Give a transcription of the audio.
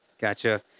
Gotcha